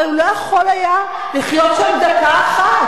הרי הוא לא היה יכול לחיות שם דקה אחת.